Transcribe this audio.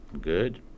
Good